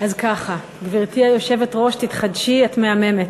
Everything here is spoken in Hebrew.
אז ככה, גברתי היושבת-ראש, תתחדשי, את מהממת.